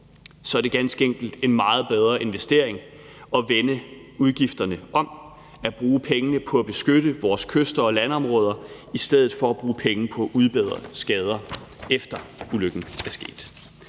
år, er det ganske enkelt en meget bedre investering at vende udgifterne om og bruge pengene på at beskytte vores kyster og landområder i stedet for at bruge penge på at udbedre skader, efter ulykken er sket.